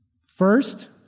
first